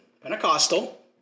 Pentecostal